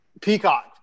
Peacock